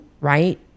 right